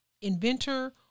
inventor